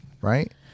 right